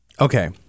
Okay